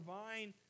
vine